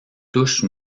touche